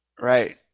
right